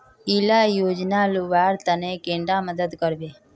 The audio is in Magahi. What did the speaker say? इला योजनार लुबार तने कैडा मदद करबे?